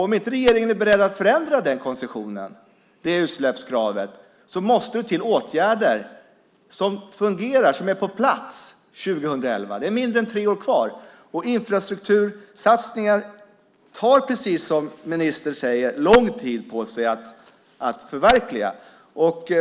Om regeringen inte är beredd att förändra den koncessionen, det utsläppskravet, måste det till åtgärder som fungerar och är på plats 2011. Det är mindre än tre år kvar. Infrastruktursatsningar tar, precis som ministern säger, lång tid att förverkliga.